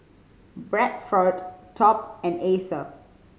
Bradford Top and Acer